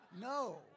No